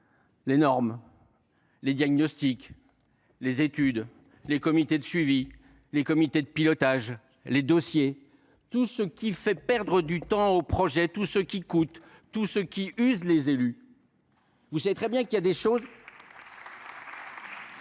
les normes, les diagnostics, les études, les comités de suivi, les comités de pilotage, les dossiers… tout ce qui fait perdre du temps aux projets, tout ce qui coûte, tout ce qui use les élus. Vous savez très bien que des éléments